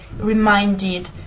reminded